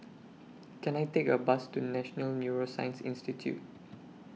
Can I Take A Bus to National Neuroscience Institute